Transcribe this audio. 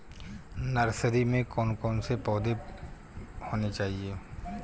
Nursery में कौन कौन से पौधे होने चाहिए?